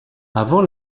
avant